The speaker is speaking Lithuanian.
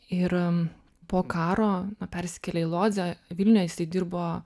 ir po karo persikėlė į lodzę vilniuje jisai dirbo